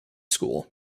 school